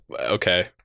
Okay